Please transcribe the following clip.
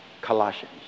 Colossians